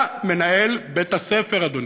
אתה מנהל בית-הספר, אדוני,